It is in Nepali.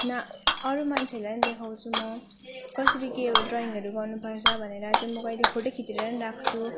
न अरू मान्छेहरूलाई पनि देखाउँछु म कसरी के ड्रयिङहरू गर्नु पर्छ भनेर त्यो म कहिले फोटो खिचेर पनि राख्छु